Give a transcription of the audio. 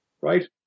right